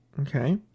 Okay